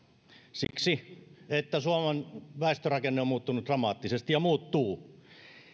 siksi että suomen väestörakenne on muuttunut dramaattisesti ja muuttuu